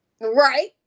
Right